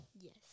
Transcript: Yes